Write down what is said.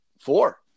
four